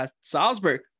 Salzburg